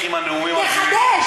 מזה שאתה חוזר על זה.